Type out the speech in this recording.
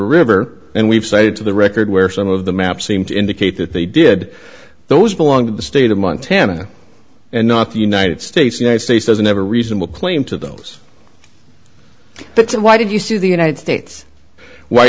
river and we've cited to the record where some of the maps seem to indicate that they did those belong to the state of montana and not the united states united states doesn't have a reasonable claim to those but why did you sue the united states why